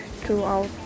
throughout